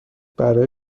برای